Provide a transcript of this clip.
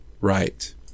Right